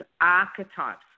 archetypes